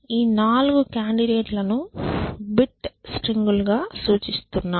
ఈ 4 కాండిడేట్ లను bit string లుగా సూచిస్తున్నాం